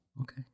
Okay